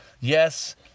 Yes